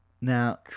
Now